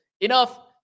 enough